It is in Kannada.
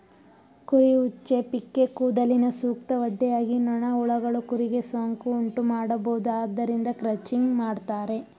ಕುರಿ ಉಚ್ಚೆ, ಪಿಕ್ಕೇ ಕೂದಲಿನ ಸೂಕ್ತ ಒದ್ದೆಯಾಗಿ ನೊಣ, ಹುಳಗಳು ಕುರಿಗೆ ಸೋಂಕು ಉಂಟುಮಾಡಬೋದು ಆದ್ದರಿಂದ ಕ್ರಚಿಂಗ್ ಮಾಡ್ತರೆ